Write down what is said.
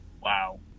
Wow